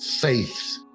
faith